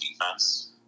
defense